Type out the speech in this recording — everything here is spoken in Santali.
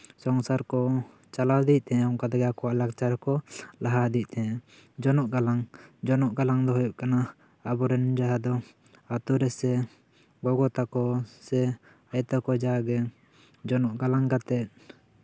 ᱥᱚᱝᱥᱟᱨ ᱠᱚ ᱪᱟᱞᱟᱣ ᱤᱫᱤᱭᱮᱜ ᱛᱟᱦᱮᱸᱜ ᱚᱱᱠᱟ ᱛᱮᱜᱮ ᱟᱠᱚᱣᱟᱜ ᱞᱟᱠᱪᱟᱨ ᱠᱚ ᱞᱟᱦᱟ ᱤᱫᱤᱭᱮᱜ ᱛᱟᱦᱮᱸᱜᱼᱟ ᱡᱚᱱᱚᱜ ᱜᱟᱞᱟᱝ ᱡᱚᱱᱚᱜ ᱜᱟᱞᱟᱝ ᱫᱚ ᱦᱩᱭᱩᱜ ᱠᱟᱱᱟ ᱟᱵᱚ ᱨᱮᱱ ᱡᱟᱦᱟᱸ ᱫᱚ ᱟᱛᱳ ᱨᱮᱥᱮ ᱜᱚᱜᱚ ᱛᱟᱠᱚ ᱥᱮ ᱟᱭᱳ ᱛᱟᱠᱚ ᱡᱟ ᱜᱮ ᱡᱚᱱᱚᱜ ᱜᱟᱞᱟᱝ ᱠᱟᱛᱮᱜ